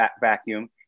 vacuum